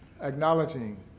acknowledging